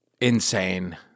insane